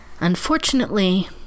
Unfortunately